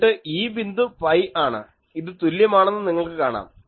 എന്നിട്ട് ഈ ബിന്ദു പൈ ആണ് ഇത് തുല്യമാണെന്ന് നിങ്ങൾക്ക് കാണാം